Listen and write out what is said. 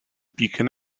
beacon